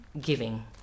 giving